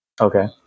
Okay